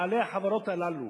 בעלי החברות הללו,